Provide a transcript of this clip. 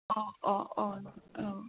अ अ अ औ